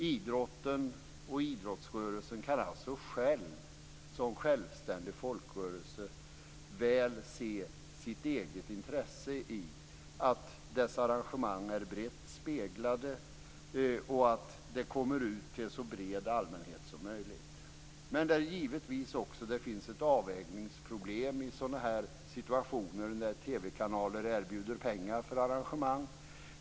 Idrotten och idrottsrörelsen kan alltså som självständig folkrörelse väl se sitt eget intresse i att dess arrangemang är brett speglade och att de kommer ut till en så bred allmänhet som möjligt. Men det finns givetvis också ett avvägningsproblem i sådana situationer där TV-kanaler erbjuder pengar för arrangemang.